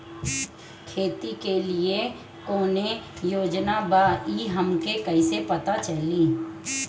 खेती के लिए कौने योजना बा ई हमके कईसे पता चली?